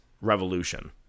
Revolution